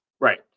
Right